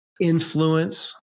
influence